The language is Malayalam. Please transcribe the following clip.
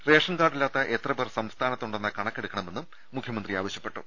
റേഷൻ കാർഡില്ലാത്ത എത്രപേർ സംസ്ഥാനത്തുണ്ടെന്ന കണക്കെടുക്കണമെന്നും മുഖ്യമന്ത്രി ആവ ശ്യപ്പെട്ടു